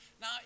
Now